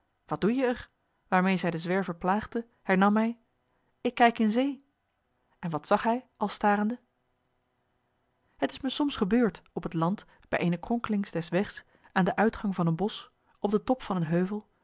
wat doe je er waarmeê zij den zwerver plaagde hernam hij ik kijk in zee en wat zag hij al starende het is me soms gebeurd op het land bij eene kronkelings des wegs aan den uitgang van een bosch op den top van een heuvel